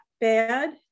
bad